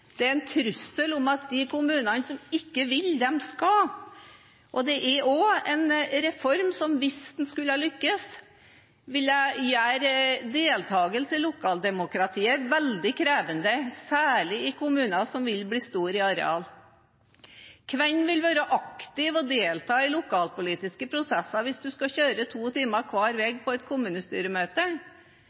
Det er en trussel om at de kommunene som ikke vil, de skal. Det er også en reform som, hvis den skulle lykkes, ville gjøre deltakelse i lokaldemokratiet veldig krevende, særlig i kommuner som vil bli store i areal. Hvem vil være aktiv og delta i lokalpolitiske prosesser hvis en skal kjøre to timer hver vei til et kommunestyremøte?